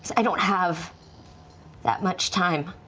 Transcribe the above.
i don't have that much time.